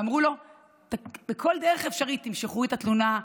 ואמרו לו בכל דרך אפשרית: תמשכו את התלונה,